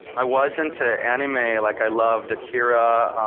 i was into anime, like i loved akira.